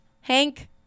Hank